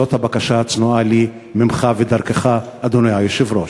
זאת הבקשה הצנועה שלי ממך ודרכך, אדוני היושב-ראש.